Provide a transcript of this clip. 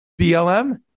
BLM